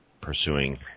pursuing